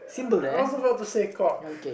I I was about to say cock